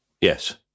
Yes